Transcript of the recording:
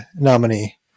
nominee